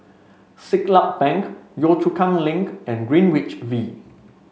Siglap Bank Yio Chu Kang Link and Greenwich V